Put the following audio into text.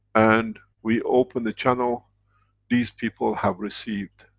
and we open the channel these people have received.